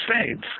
States